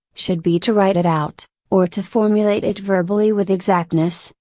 should be to write it out, or to formulate it verbally with exactness,